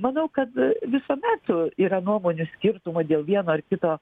manau kad visuomet yra nuomonių skirtumo dėl vieno ar kito